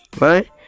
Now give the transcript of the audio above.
right